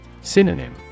Synonym